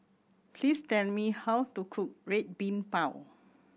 please tell me how to cook Red Bean Bao